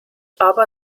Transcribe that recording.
aber